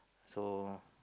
so